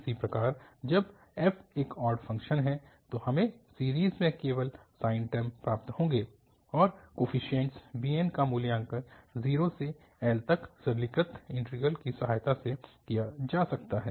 इसी प्रकार जब f एक ऑड फ़ंक्शन है तो हमें सीरीज़ में केवल साइन टर्म प्राप्त होंगे और कोफीशिएंट bn का मूल्यांकन 0 से L तक सरलीकृत इन्टीग्रल की सहायता से किया जा सकता है